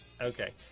okay